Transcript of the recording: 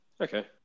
Okay